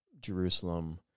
Jerusalem